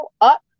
up